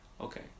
Okay